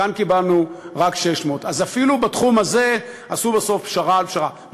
כאן קיבלנו רק 600. אז אפילו בתחום הזה עשו בסוף פשרה על פשרה.